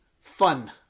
fun